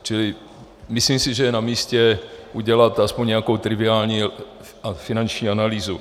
Čili si myslím, že je namístě udělat aspoň nějakou triviální finanční analýzu.